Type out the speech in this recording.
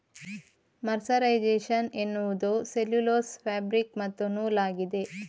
mercerisation ಎನ್ನುವುದು cellulose fabric ಮತ್ತು ನೂಲಾಗಿದೆ